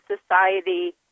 Society